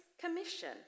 commission